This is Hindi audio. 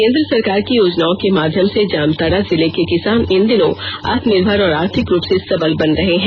केन्द्र सरकार की योजनाओं के माध्यम से जामताड़ा जिले के किसान इन दिनों आत्मनिर्भर और आर्थिक रूप से सबल बन रहे हैं